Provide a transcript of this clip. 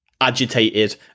agitated